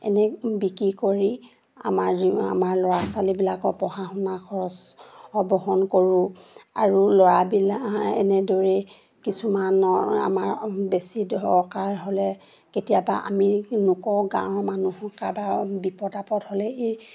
এনে বিক্ৰী কৰি আমাৰ আমাৰ ল'ৰা ছোৱালীবিলাকক পঢ়া শুনা খৰচো বহন কৰোঁ আৰু ল'ৰাবিলাক এনেদৰেই কিছুমানৰ আমাৰ বেছি দৰকাৰ হ'লে কেতিয়াবা আমি লোকৰ গাঁৱৰ মানুহক বিপদ আপদ হ'লে এই